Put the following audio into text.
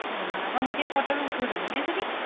ହଁ ହଁ ଆପଣ ନିଜେ ଫଟୋ ବି ଉଠଉଛନ୍ତି ନାଇ ସେଠି